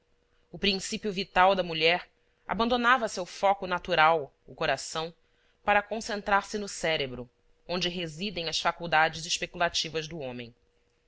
o princípio vital da mulher abandonava seu foco natural o coração para concentrar-se no cérebro onde residem as faculdades especulativas do homem